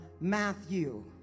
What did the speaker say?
Matthew